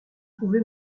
pouvez